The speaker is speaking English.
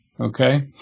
Okay